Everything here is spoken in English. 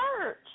church